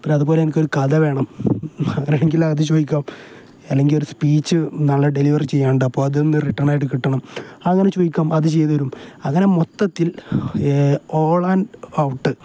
പിന്നെ അതുപോലെ എനിക്ക് ഒരു കഥ വേണം അങ്ങനെയെങ്കിൽ അത് ചോദിക്കാം അല്ലെങ്കിൽ ഒരു സ്പീച്ച് നല്ല ഡെലിവറി ചെയ്യാതെ അപ്പം അതൊന്ന് റിട്ടേൺ ആയിട്ട് കിട്ടണം അങ്ങനെ ചോദിക്കാം അത് ചെയ്തു തരും അങ്ങനെ മൊത്തത്തിൽ ഓൾ ആൻഡ് ഔട്ട്